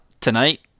tonight